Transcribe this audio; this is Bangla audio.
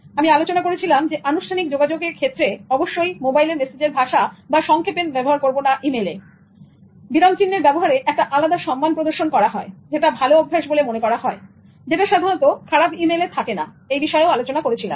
আমি আলোচনা করেছিলাম আনুষ্ঠানিক যোগাযোগের ক্ষেত্রে অবশ্যই মোবাইলের মেসেজের ভাষা বা সংক্ষেপণ ব্যবহার করব না বিরাম চিহ্নের ব্যবহারে একটা আলাদা সম্মান প্রদর্শন করা হয় যেটা ভালো অভ্যাস বলে মনে করা হয় যেটা সাধারণত খারাপ ই মেলে থাকে না এই বিষয়েও আলোচনা করেছিলাম